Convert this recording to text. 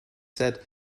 said